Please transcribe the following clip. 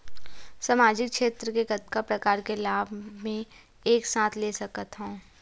सामाजिक क्षेत्र के कतका प्रकार के लाभ मै एक साथ ले सकथव?